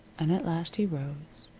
and at last he rose,